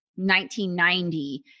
1990